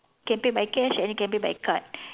you can pay by cash and you can pay by card